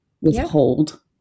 withhold